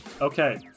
Okay